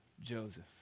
joseph